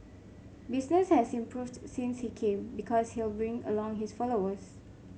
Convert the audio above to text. business has improved since he came because he'll bring along his followers